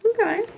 Okay